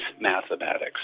mathematics